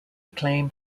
acclaim